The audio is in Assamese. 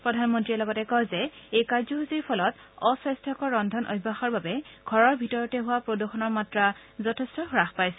প্ৰধানমন্ত্ৰীয়ে লগতে কয় যে এই কাৰ্যসূচীৰ ফলত অস্বাস্থকৰ ৰদ্ধন অভ্যাসৰ বাবে ঘৰৰ ভিতৰত হোৱা প্ৰদূষণৰ মাত্ৰা যথেষ্ট হ্ৰাস পাইছে